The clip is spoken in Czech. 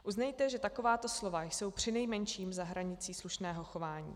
Uznejte, že takováto slova jsou přinejmenším za hranicí slušného chování.